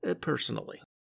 personally